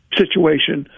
situation